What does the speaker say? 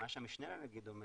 מה שהמשנה לנגיד אומר,